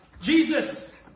Jesus